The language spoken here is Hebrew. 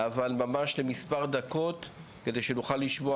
אבל ממש למספר דקות כדי שנוכל לשמוע